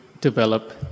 develop